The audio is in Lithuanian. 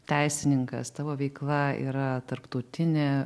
teisininkas tavo veikla yra tarptautinė